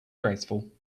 graceful